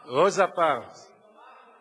רוזה פארקס, והיא דומה לרוזה.